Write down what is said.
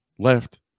Left